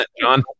John